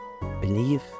Believe